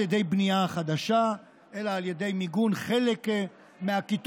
ידי בנייה חדשה אלא על ידי מיגון חלק מהכיתות,